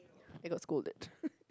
I got scolded